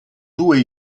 due